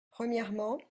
premièrement